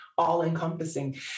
all-encompassing